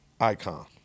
icon